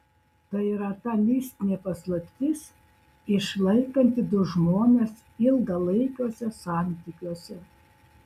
tai yra ta mistinė paslaptis išlaikanti du žmones ilgalaikiuose santykiuose